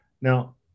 Now